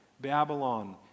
Babylon